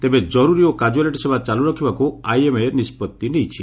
ତେବେ ଜରୁରୀ ଓ କାଜୁଆଲ୍ଟି ସେବା ଚାଲୁ ରଖିବାକୁ ଆଇଏମ୍ଏ ନିଷ୍ପଭି ନେଇଛି